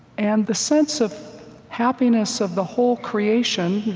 and the sense of happiness of the whole creation,